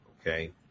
Okay